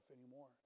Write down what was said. anymore